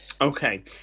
okay